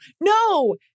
no